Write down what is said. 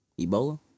Ebola